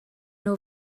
nhw